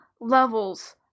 levels